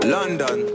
London